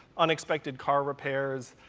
unexpected car repairs,